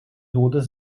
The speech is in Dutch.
dode